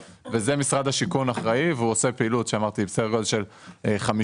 משרד הבינוי והשיכון עושה פעילות בסדר גודל של 50